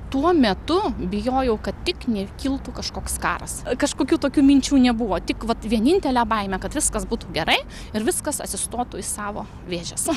tuo metu bijojau kad tik nekiltų kažkoks karas kažkokių tokių minčių nebuvo tik vat vienintelė baimė kad viskas būtų gerai ir viskas atsistotų į savo vėžes